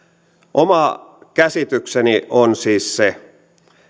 oma käsitykseni on siis se